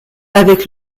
avec